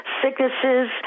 sicknesses